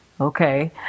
Okay